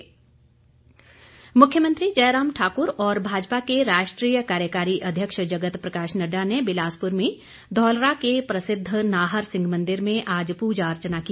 पूजा अर्चना मुख्यमंत्री जयराम ठाकुर और भाजपा के राष्ट्रीय कार्यकारी अध्यक्ष जगत प्रकाश नड्डा ने बिलासपुर में धौलरा के प्रसिद्ध नाहर सिंह मंदिर में आज पूजा अर्चना की